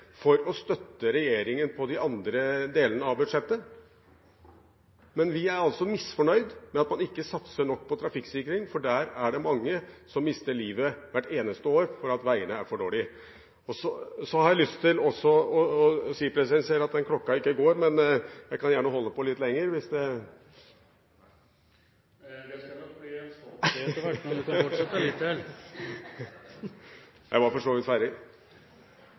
for å støtte regjeringen på de andre delene av budsjettet. Men vi er altså misfornøyde med at man ikke satser nok på trafikksikring, for det er mange som mister livet hvert eneste år fordi veiene er for dårlige. Så har jeg lyst til å si – jeg ser at klokka ikke går, men jeg kan gjerne holde på litt lenger. Det skal nok bli en stopp på det etter hvert, men du kan fortsette litt til. Jeg var for så vidt ferdig.